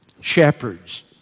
shepherds